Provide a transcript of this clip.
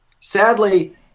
Sadly